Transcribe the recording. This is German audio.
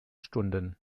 stunden